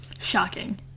Shocking